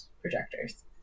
projectors